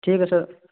ٹھیک ہے سر